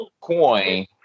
Coin